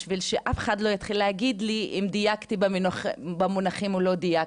בשביל שאף אחד לא יתחיל להגיד לי אם דייקתי במונחים או לא דייקתי.